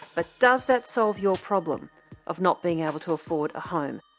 but does that solve your problem of not being able to afford a home?